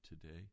today